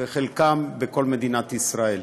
ובחלקן בכל מדינת ישראל.